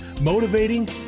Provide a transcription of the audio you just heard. motivating